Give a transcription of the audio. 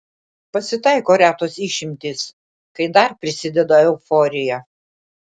pasitaiko retos išimtys kai dar prisideda euforija